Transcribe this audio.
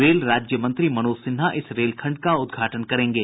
rail राज्य मंत्री मनोज सिन्हा इस रेलखंड का उद्घाटन करेंगे